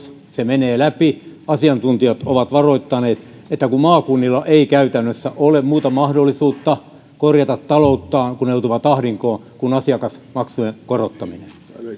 se menee läpi asiantuntijat ovat varoittaneet että maakunnilla ei käytännössä ole muuta mahdollisuutta korjata talouttaan kun ne joutuvat ahdinkoon kuin asiakasmaksujen korottaminen